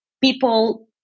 people